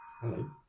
Hello